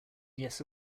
yes